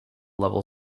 level